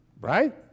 Right